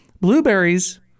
Blueberries